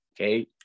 okay